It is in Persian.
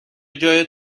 جای